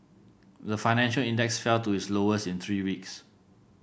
the financial index fell to its lowest in three weeks